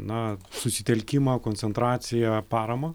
na susitelkimą koncentraciją paramą